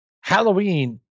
Halloween